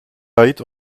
ait